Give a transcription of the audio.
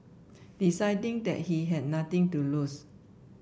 deciding that he had nothing to lose